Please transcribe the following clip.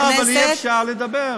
לא, אבל אי-אפשר לדבר.